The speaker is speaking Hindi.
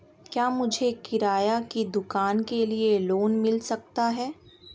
क्या मुझे किराना की दुकान के लिए लोंन मिल सकता है?